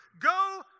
Go